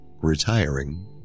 retiring